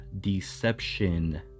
deception